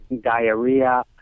diarrhea